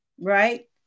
right